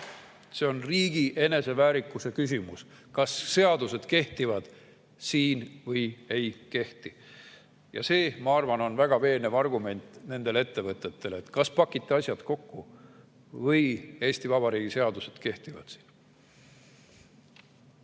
See on riigi eneseväärikuse küsimus, kas seadused kehtivad siin või ei kehti. Ja see, ma arvan, on väga veenev argument nendele ettevõtetele: kas pakite asjad kokku või Eesti Vabariigi seadused kehtivad siin.